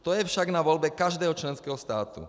To je však na volbě každého členského státu.